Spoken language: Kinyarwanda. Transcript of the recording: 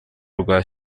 rwa